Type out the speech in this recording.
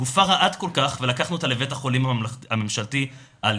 גופה רעד כל כך ולקחנו אותה לבית החולים הממשלתי עליא.